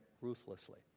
ruthlessly